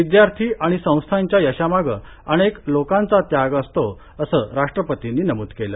विद्यार्थी आणि संस्थांच्या यशामागं अनेक लोकांचा त्याग असतो असं राष्ट्रपतींनी नमूद केलं